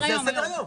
זה על סדר היום.